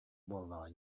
буоллаҕа